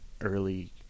early